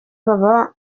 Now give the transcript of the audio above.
baba